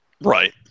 Right